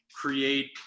create